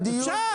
אפשר.